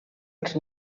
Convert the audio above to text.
els